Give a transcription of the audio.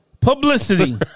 Publicity